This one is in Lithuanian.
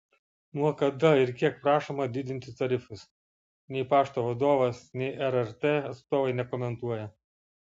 nuo kada ir kiek prašoma didinti tarifus nei pašto vadovas nei rrt atstovai nekomentuoja